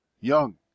young